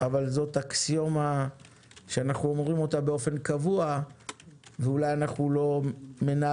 אבל זאת אקסיומה שאנחנו אומרים אותה באופן קבוע ואולי אנחנו לא מנהלים